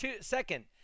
second